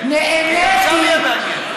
תבקשי לבוא לוועדת הכנסת,